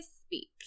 speak